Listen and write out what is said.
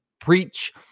preach